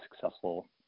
successful